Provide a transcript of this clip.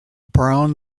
brown